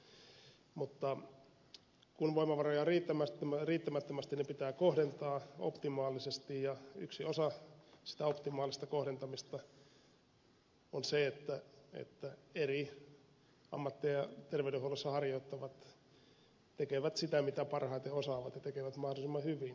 mutta kun voimavaroja on riittämättömästi niin pitää kohdentaa optimaalisesti ja yksi osa sitä optimaalista kohdentamista on se että eri ammatteja terveydenhuollossa harjoittavat tekevät sitä mitä parhaiten osaavat ja tekevät mahdollisimman hyvin